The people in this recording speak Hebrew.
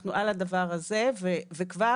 אנחנו על הדבר הזה, וכבר